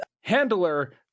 Handler